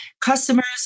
customers